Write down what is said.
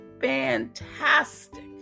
fantastic